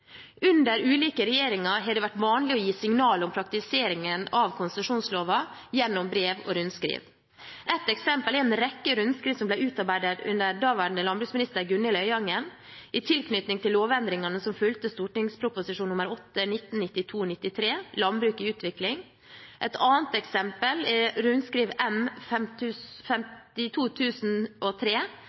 Under ulike regjeringer har det vært vanlig å gi signaler om praktiseringen av konsesjonsloven gjennom brev og rundskriv. Et eksempel er en rekke rundskriv som ble utarbeidet under daværende landbruksminister Gunhild Øyangen i tilknytning til lovendringene som fulgte St.prp. nr. 8 for 1992–93 Landbruk i utvikling. Et annet eksempel er